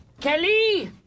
Kelly